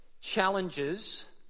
challenges